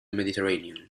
mediterranean